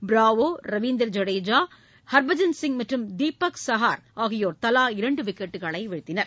Bravo Ravindra Jadeja ஹர்பஜன்சிய் மற்றும் தீபக் சஹார் தலா இரண்டு விக்கெட்டுகளை வீழ்த்தினர்